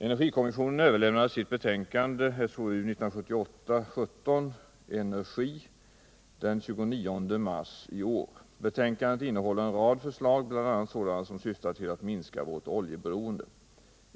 Energikommissionen överlämnade sitt betänkande Energi den 29 mars i år. Betänkandet innehåller en rad förslag, bl.a. sådana som syftar till att minska vårt oljeberoende.